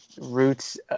roots